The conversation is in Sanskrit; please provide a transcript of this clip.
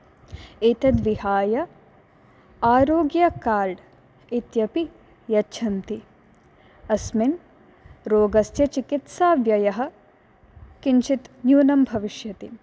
एतद्विहाय आरोग्य कार्ड् इत्यपि यच्छन्ति अस्मिन् रोगस्य चिकित्साव्ययः किञ्चित् न्यूनं भविष्यति